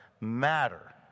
matter